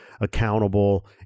accountable